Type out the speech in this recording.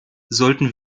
sollten